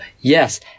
Yes